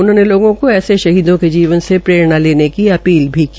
उन्होंने लोगों को ऐसे शहीदों के जीवन से प्ररेणा की अपील भी की